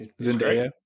Zendaya